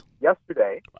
yesterday